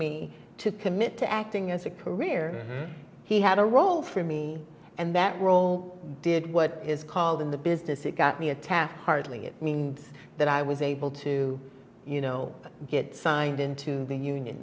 me to commit to acting as a career he had a role for me and that role did what is called in the business it got me attached hardly it means that i was able to you know get signed into the union